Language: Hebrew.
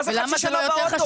מה זה חצי שנה באוטו?